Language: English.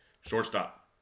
Shortstop